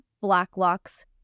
Blacklock's